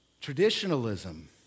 Traditionalism